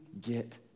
get